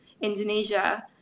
Indonesia